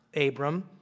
Abram